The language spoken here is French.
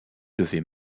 devait